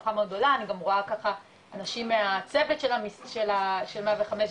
להצלחה מאוד גדולה אני גם רואה ככה אנשים מהצוות של המשרד של 105,